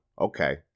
okay